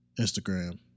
Instagram